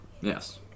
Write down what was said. Yes